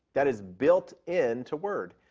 that is built into word.